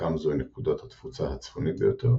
שלחלקם זוהי נקודת התפוצה הצפונית ביותר,